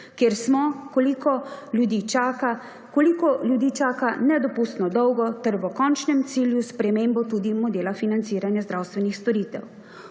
čaka, koliko ljudi čaka nedopustno dolgo ter v končnem cilju spremembo tudi modela financiranja zdravstvenih storitev.